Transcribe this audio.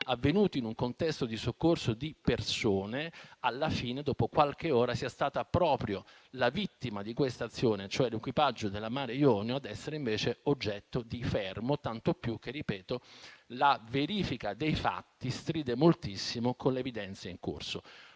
avvenuti in un contesto di soccorso di persone, alla fine, dopo qualche ora, sia stata proprio la vittima di quest'azione, cioè l'equipaggio della nave Mare. Jonio, ad essere invece oggetto di fermo, tanto più che - lo ripeto - la verifica dei fatti stride moltissimo con l'evidenza in corso.